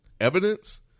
evidence